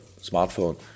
smartphone